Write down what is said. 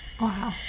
Wow